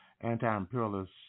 anti-imperialist